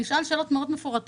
אני אשאל שאלות מאוד מפורטות.